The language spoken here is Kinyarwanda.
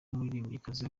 umuririmbyikazi